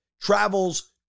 travels